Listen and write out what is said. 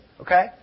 Okay